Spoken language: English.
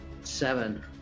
Seven